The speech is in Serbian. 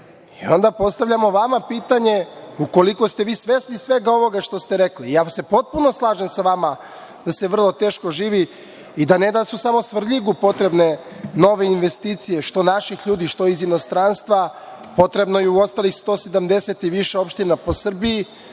i ona postavljamo vama pitanje, ukoliko ste svesni svega ovoga što ste rekli. Potpuno se slažem sa vama da se vrlo teško živi i ne samo da su Svrljigu potrebne nove investicije, što naših ljudi, što iz inostranstva, potrebno je i u ostalih 170 i više opština po Srbiji